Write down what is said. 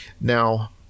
Now